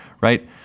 Right